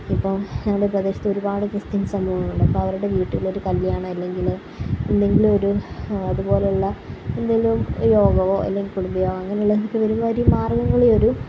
ഇപ്പം ഞങ്ങളുടെ പ്രദേശത്തൊരുപാട് ക്രിസ്ത്യൻ സംഘങ്ങളുണ്ട് അപ്പം അവരുടെ വീട്ടിലൊരു കല്യാണമോ അല്ലെങ്കില് എന്തെങ്കിലുമൊരു അത് പോലുള്ള എന്തേലും ഒരു യോഗവോ അല്ലെങ്കിൽ കുടുംബയോഗം അങ്ങനെ ഉള്ള ഒരു കാര്യം മാർഗംകളി ഒരു